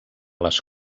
les